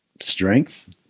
strength